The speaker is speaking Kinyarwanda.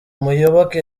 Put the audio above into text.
muyoboke